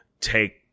take